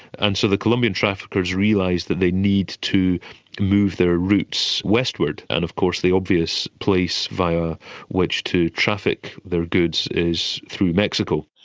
and so the colombian traffickers realise that they need to move their routes westward, and of course the obvious place via which to traffic their goods is through mexico.